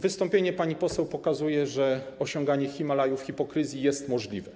Wystąpienie pani poseł pokazuje, że osiąganie himalajów hipokryzji jest możliwe.